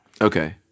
Okay